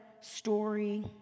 story